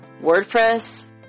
WordPress